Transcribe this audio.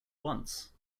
once